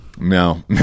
No